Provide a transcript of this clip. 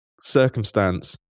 circumstance